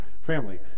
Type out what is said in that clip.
family